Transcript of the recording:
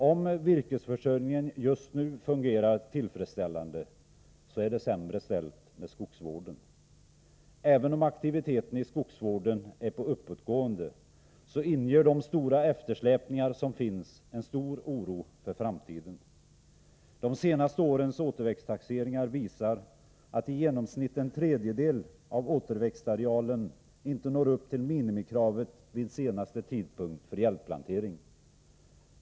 Om virkesförsörjningen just nu fungerar tillfredsställande, så är det sämre ställt med skogsvården. Även om aktiviteten i skogsvården är på uppåtgående, inger de stora eftersläpningar som finns en stor oro för framtiden. De senaste årens återväxttaxeringar visar att i genomsnitt en tredjedel av återväxtarealen inte når upp till minimikravet vid senaste tidpunkt för hjälpplantering.